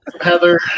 heather